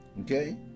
Okay